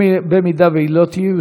אם היא לא תהיה,